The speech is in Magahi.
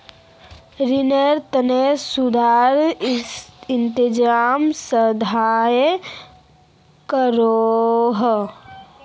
रिनेर तने सुदेर इंतज़ाम संस्थाए करोह